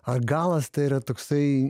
argalas tai yra toksai